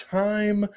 time